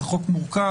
זה חוק מורכב,